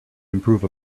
improve